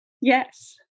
Yes